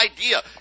idea